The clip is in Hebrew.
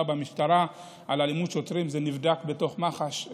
במשטרה על אלימות שוטרים נבדק במח"ש,